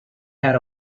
had